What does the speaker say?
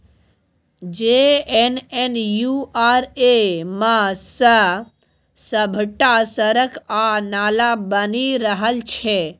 JNNURM सँ सभटा सड़क आ नाला बनि रहल छै